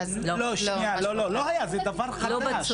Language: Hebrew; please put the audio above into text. לא, לא היה, זה דבר חדש.